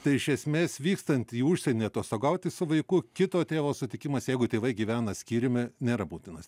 tai iš esmės vykstant į užsienį atostogauti su vaiku kito tėvo sutikimas jeigu tėvai gyvena skyriumi nėra būtinas